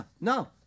no